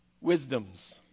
wisdoms